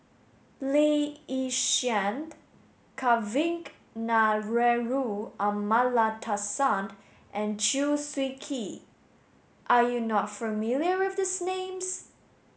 Lee Yi Shyan Kavignareru Amallathasan and Chew Swee Kee are you not familiar with these names